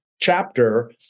chapter